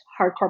Hardcore